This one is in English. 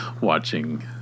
watching